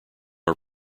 are